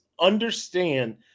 understand